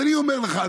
אז אני אומר לך,